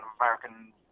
American